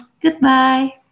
goodbye